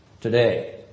today